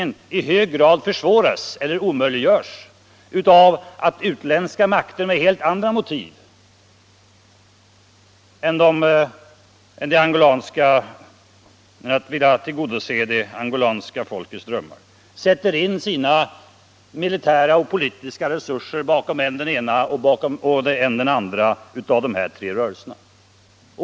Och man inser att det försvåras eller omöjliggörs om utländska makter med helt andra motiv sätter in sina militära och politiska resurser för att stödja än den ena, än den andra av de tre rörelserna.